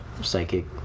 psychic